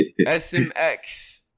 SMX